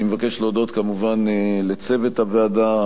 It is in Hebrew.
אני מבקש להודות כמובן לצוות הוועדה,